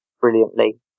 brilliantly